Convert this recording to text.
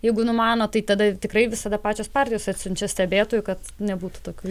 jeigu numano tai tada tikrai visada pačios partijos atsiunčia stebėtojų kad nebūtų tokių